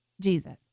Jesus